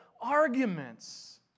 arguments